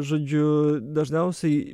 žodžiu dažniausiai